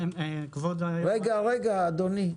אדוני,